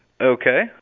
Okay